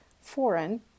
foreign